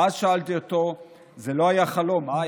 ואז שאלתי אותו: זה לא היה חלום, אה?